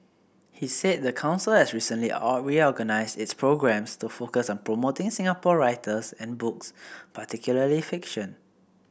he said the council has recently reorganised its programmes to focus on promoting Singapore writers and books particularly fiction